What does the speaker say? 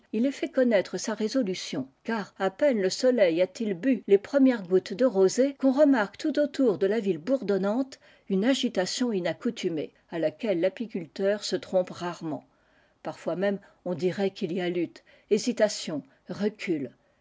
il ait fait connaître sa résolution car à peine le soleil a-t-il bu les premières gouttes de rosée qu'on remarque tout autour de la ville bourdonnante une agitation maccoutumée h laquelle l'apiculteur se trompe rarement parfois même on dirait qu'il y a lutte hésitatiout recul